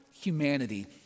humanity